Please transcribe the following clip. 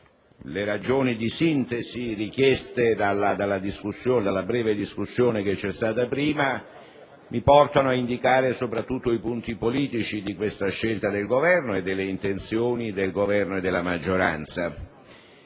Le ragioni di sintesi, richieste dalla breve discussione appena svoltasi mi portano ad indicare soprattutto i punti politici di questa scelta del Governo e delle intenzioni del Governo e della maggioranza.